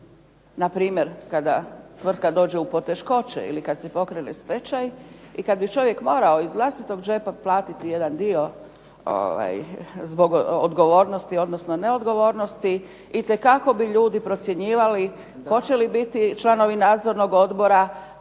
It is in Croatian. npr. kada tvrtka dođe u poteškoće ili kada se pokrene stečaj i kada bi čovjek morao iz vlastitog džepa platiti jedan dio zbog odgovornosti, odnosno neodgovornosti, itekako bi ljudi procjenjivali hoće li biti članovi nadzornog odbora